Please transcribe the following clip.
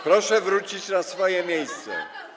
Proszę wrócić na swoje miejsce.